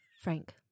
Frank